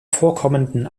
vorkommenden